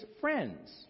friends